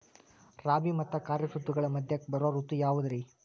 ರಾಬಿ ಮತ್ತ ಖಾರಿಫ್ ಋತುಗಳ ಮಧ್ಯಕ್ಕ ಬರೋ ಋತು ಯಾವುದ್ರೇ?